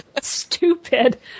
stupid